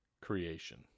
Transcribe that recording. creation